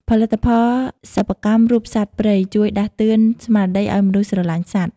ផលិតផលសិប្បកម្មរូបសត្វព្រៃ ជួយដាស់តឿនស្មារតីឱ្យមនុស្សស្រឡាញ់សត្វ។